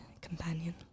companion